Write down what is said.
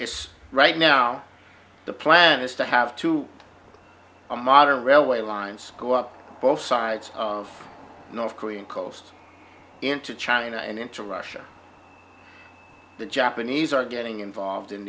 it's right now the plan is to have to a modern railway lines go up both sides of north korean coast into china and into russia the japanese are getting involved in